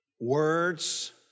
words